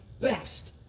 best